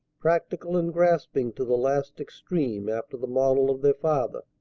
practical and grasping to the last extreme after the model of their father.